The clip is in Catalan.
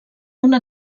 una